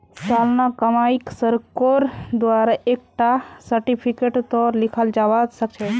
सालाना कमाईक सरकारेर द्वारा एक टा सार्टिफिकेटतों लिखाल जावा सखछे